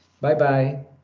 Bye-bye